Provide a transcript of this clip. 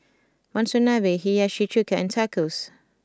Monsunabe Hiyashi Chuka and Tacos